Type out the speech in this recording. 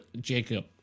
Jacob